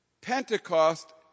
Pentecost